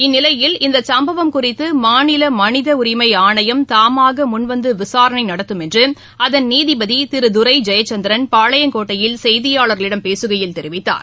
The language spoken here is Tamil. இந்நிலையில் இந்த சும்பவம் குறித்து மாநில மனித உரிமை ஆணையம் தாமாக முன்வந்து விசாரணை நடத்தும் என்று அதன் நீதிபதி திரு துரை ஜெயச்சந்திரன் பாளையங்கோட்டையில் செய்தியாளர்களிடம் பேசுகையில் தெரிவித்தார்